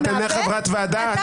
את אינך חברת ועדה, אנא, צאי.